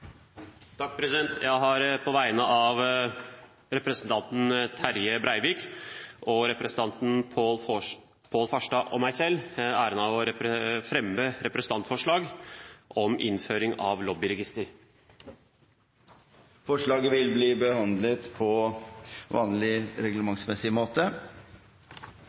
Jeg har på vegne av representantene Terje Breivik, Pål Farstad og meg selv æren av å fremme representantforslag om innføring